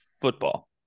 football